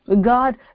God